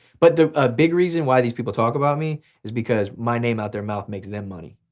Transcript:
but the ah big reason why these people talk about me is because my name out their mouth makes them money.